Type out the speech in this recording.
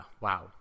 wow